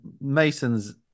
Masons